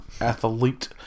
Athlete